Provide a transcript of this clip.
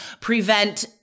prevent